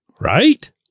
Right